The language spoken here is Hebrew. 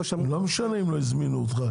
לא משנה אם לא הזמינו אותך.